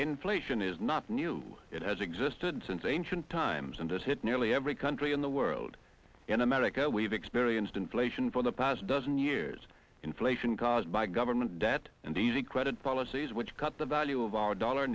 inflation is not new it has existed since ancient times and has hit nearly every country in the world in america we've experienced inflation for the past dozen years inflation caused by government debt and easy credit policies which cut the value of our dollar